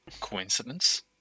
Coincidence